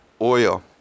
oil